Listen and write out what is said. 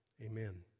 Amen